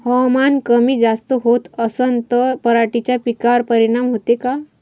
हवामान कमी जास्त होत असन त पराटीच्या पिकावर परिनाम होते का?